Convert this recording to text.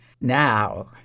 Now